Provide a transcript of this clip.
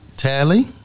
Tally